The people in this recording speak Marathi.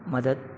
मदत